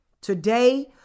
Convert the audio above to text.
Today